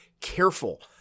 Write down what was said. careful